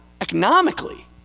economically